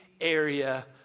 area